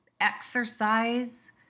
exercise